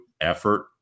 effort